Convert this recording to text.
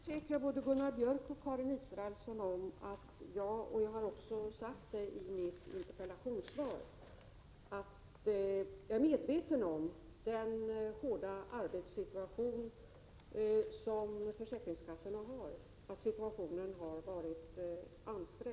Herr talman! Jag kan försäkra både Gunnar Björk i Gävle och Karin Israelsson om — och det har jag också sagt i mitt interpellationssvar — att jag är medveten om den hårda arbetssituation som försäkringskassorna har, att situationen har varit ansträngd.